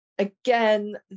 again